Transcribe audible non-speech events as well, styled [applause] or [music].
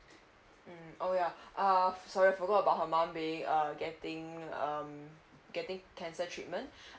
mm oh ya uh sorry forgot about her mum being uh getting um getting cancer treatment [breath]